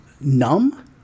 numb